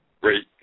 great